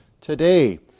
today